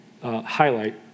Highlight